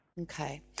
Okay